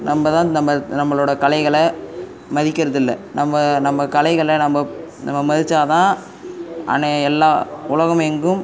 நம்ப தான் நம்ம நம்மளோடய கலைகளை மதிக்கிறது இல்லை நம்ம நம்ம கலைகளை நம்ம நம்ம மதித்தாதான் அன எல்லா உலகமெங்கும்